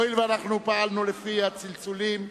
הואיל ואנחנו פעלנו לפי הצלצולים,